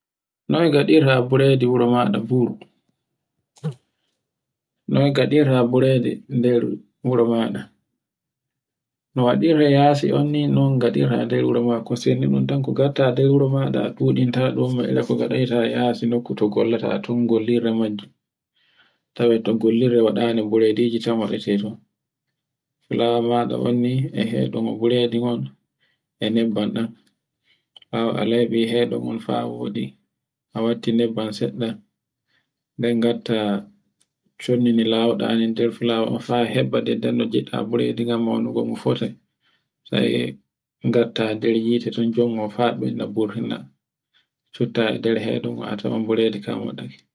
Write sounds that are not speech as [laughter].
Noy gaɗirta buredi wuro maɗa fu. [noise] Noy gaɗirta buredi ender wuro maɗa. No waɗirte e yasi on ni non gaɗirta e nder wuro maɗa, ko sendi ɗun tan ko ngatta nder wuro maɗa kuɗinta no waɗirta e yasi nokku to gollota majju tawe to gollirta waɗande burediji tan waɗete. lamaɗa on ni e heɗogo buredi e nebban ɗan. ɓawo a laybi hedonɗon ha woɗi. a watti nebban seɗɗan nden gatta shondi di lawuɗa nin nder fulawa ni fa heɓɓato ndenɗon nde giɗɗa buredun maunugo no fota. sai ngatta nder hite ton jongo fa ɓeydan ɓurtina cufta e nder heɗun a tawan burodi kan waɗi.